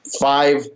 five